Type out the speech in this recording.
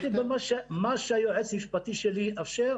אני יכול להשתתף לפי מה שהיועץ המשפטי שלי יאפשר.